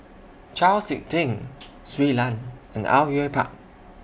Chau Sik Ting Shui Lan and Au Yue Pak